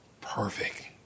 Perfect